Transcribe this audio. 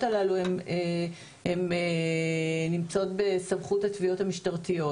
הללו הן נמצאות בסמכות התביעות המשטריות,